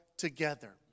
together